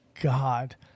God